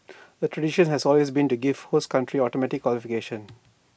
the tradition has always been to give host country automatic qualification